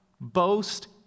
boast